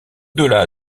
delà